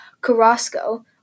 Carrasco